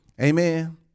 Amen